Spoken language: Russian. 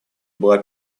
была